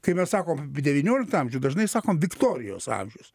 kai mes sakom devynioliktą amžių dažnai sakom viktorijos amžius